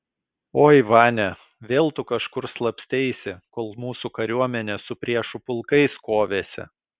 oi vania vėl tu kažkur slapsteisi kol mūsų kariuomenė su priešų pulkais kovėsi